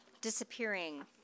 disappearing